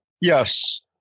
Yes